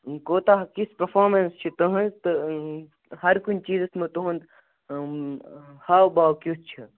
کوٗتاہ کِژھ پٔرفامَنس چھِ تُہنز تہٕ ہَرکُنہِ چیٖزس منز تُہنز ہاو باو کِیُتھ چھُ